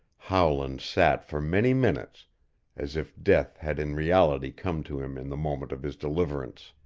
howland sat for many minutes as if death had in reality come to him in the moment of his deliverance.